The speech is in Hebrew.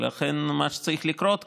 ולכן מה שצריך לקרות כאן,